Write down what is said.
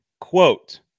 quote